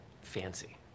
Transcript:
Fancy